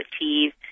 achieve